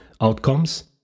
outcomes